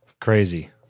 Crazy